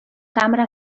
cambra